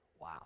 Wow